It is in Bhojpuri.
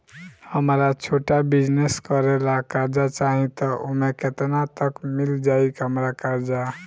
हमरा छोटा बिजनेस करे ला कर्जा चाहि त ओमे केतना तक मिल जायी हमरा कर्जा?